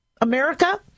America